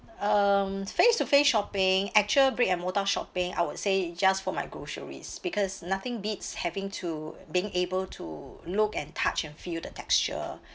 um face to face shopping actual brick and mortar shopping I would say just for my groceries because nothing beats having to being able to look and touch and feel the texture